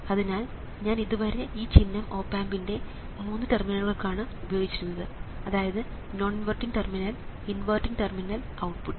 അതിനാൽ ഞാൻ ഇതുവരെ ഈ ചിഹ്നം ഓപ് ആമ്പിൻറെ മൂന്ന് ടെർമിനലുകൾക്കാണ് ഉപയോഗിച്ചിരുന്നത് അതായത് non inverting terminal inverting terminal output